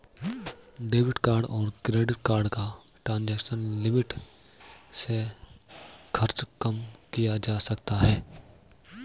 debit card और credit card का transaction limit से खर्च कम किया जा सकता है